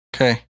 Okay